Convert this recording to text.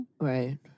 Right